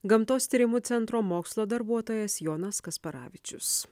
gamtos tyrimų centro mokslo darbuotojas jonas kasparavičius